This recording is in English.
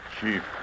Chief